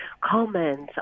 comments